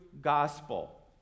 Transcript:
gospel